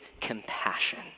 compassion